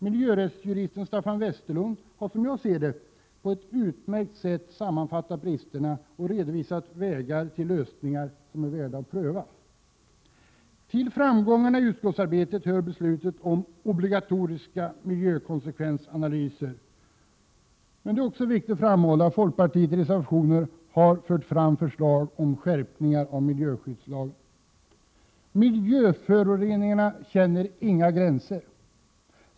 Miljörättsjuristen Staffan Westerlund har, som jag ser saken, på ett utmärkt sätt sammanfattat bristerna och redovisat vägar till lösningar som är värda att pröva. Till framgångarna i utskottsarbetet hör beslutet om obligatoriska miljö 23 konsekvensanalyser. Det är också viktigt att framhålla att vi i folkpartiet i reservationer har fört fram förslag om en skärpning av miljöskyddslagen. Miljöföroreningar känner inga gränser.